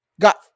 got